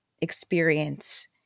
experience